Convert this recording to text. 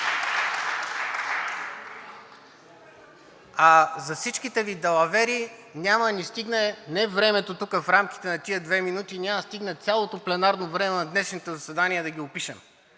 За всичките Ви далавери няма да ни стигне не времето, тук в рамките на тези две минути, няма да стигне цялото пленарно време в днешното заседание да ги опишем.